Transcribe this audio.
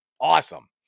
awesome